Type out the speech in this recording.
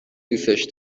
دوسش